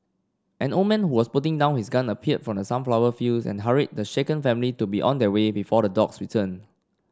an old man was putting down his gun appeared from the sunflower fields and hurried the shaken family to be on their way before the dogs return